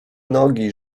nogi